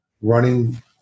running